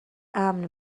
امن